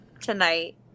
tonight